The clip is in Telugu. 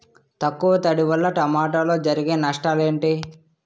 తక్కువ తడి వల్ల టమోటాలో జరిగే నష్టాలేంటి?